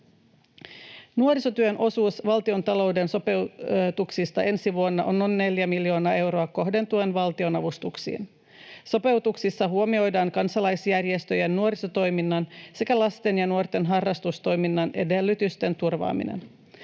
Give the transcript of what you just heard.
Nuorisotyön osuus valtiontalouden sopeutuksista ensi vuonna on noin 4 miljoonaa euroa kohdentuen valtionavustuksiin. Sopeutuksissa huomioidaan kansalaisjärjestöjen, nuorisotoiminnan sekä lasten ja nuorten harrastustoiminnan edellytysten turvaaminen.